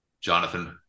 Jonathan